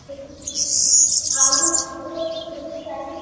हा मुंहिंजी साहिड़ी अथसि मुंहिंजी साहिड़ी